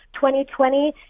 2020